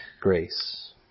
grace